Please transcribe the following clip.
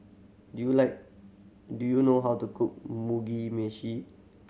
do you like do you know how to cook Mugi Meshi